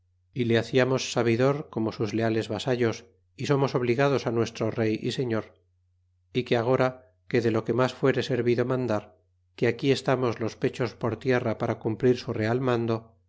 y e haciarnos sabidor como sus leales vasallos é somos obligados á nuestro rey y señor y que agora que de lo que mas fuere servido mandar que aquí estamos los pechos por tierra para cumplir su real mando